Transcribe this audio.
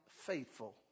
faithful